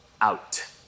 out